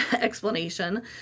explanation